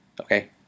Okay